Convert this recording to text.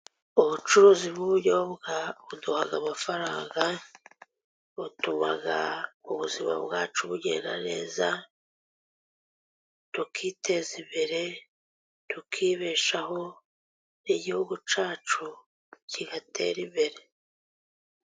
Ubucuruzi bw'ubuyobwa buduha amafaranga, butuma ubuzima bwacu bugenda neza, tukiteza imbere tukibeshaho, igihugu cyacu kigatera imbere.